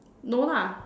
no lah